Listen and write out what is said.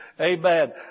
Amen